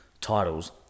titles